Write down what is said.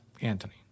Anthony